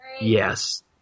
Yes